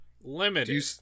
limited